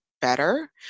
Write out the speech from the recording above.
better